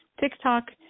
TikTok